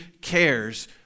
cares